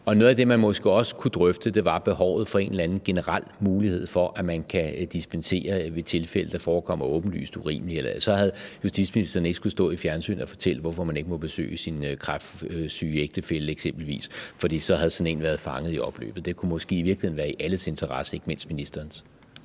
noget af det, man måske også kunne drøfte, var behovet for en eller anden generel mulighed for, at man kan dispensere i tilfælde, der forekommer åbenlyst urimelige – så havde justitsministeren ikke skullet stå i fjernsynet og fortælle, hvorfor man eksempelvis ikke må besøge sin kræftsyge ægtefælle, for så havde sådan en situation været fanget i opløbet. Det kunne måske i virkeligheden være i alles interesse, ikke mindst ministerens.